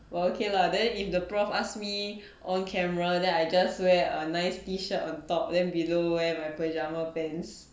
well okay lah then if the prof ask me on camera then I just wear a nice t-shirt on top then below wear my pyjama pants